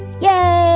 Yay